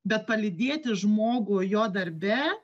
bet palydėti žmogų jo darbe